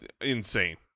Insane